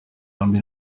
nkambi